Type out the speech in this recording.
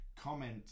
comment